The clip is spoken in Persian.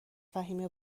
فهمیه